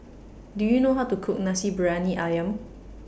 Do YOU know How to Cook Nasi Briyani Ayam